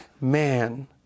man